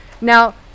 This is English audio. Now